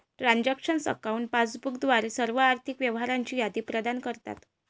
transaction accounts passbook द्वारे सर्व आर्थिक व्यवहारांची यादी प्रदान करतात